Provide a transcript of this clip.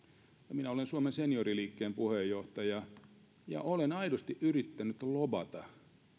minä olen suomen senioriliikkeen puheenjohtaja ja olen aidosti yrittänyt lobata